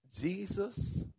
Jesus